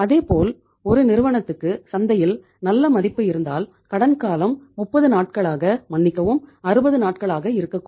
அதேபோல் ஒரு நிறுவனத்துக்கு சந்தையில் நல்ல மதிப்பு இருந்தால் கடன் காலம் 30 நாட்களாக மன்னிக்கவும் 60 நாட்களாக இருக்கக்கூடும்